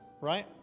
right